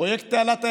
פרויקט תעלת הימים,